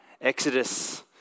Exodus